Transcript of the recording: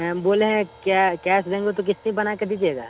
ma'am बोले हैं कै कैश देंगे तो क़िस्तें बना के दीजिएगा